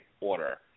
order